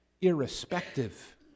irrespective